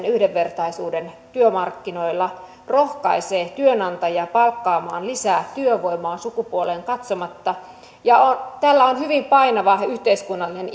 yhdenvertaisuuden työmarkkinoilla rohkaisee työnantajia palkkaamaan lisää työvoimaa sukupuoleen katsomatta ja tällä on hyvin painava yhteiskunnallinen